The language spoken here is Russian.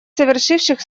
совершивших